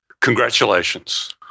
Congratulations